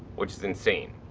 which is insane.